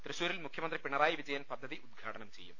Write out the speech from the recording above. തൃശൂരിൽ മുഖ്യമന്ത്രി പിണറായി വിജയൻ പദ്ധതി ഉദ്ഘാടനം ചെയ്യും